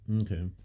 okay